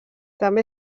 també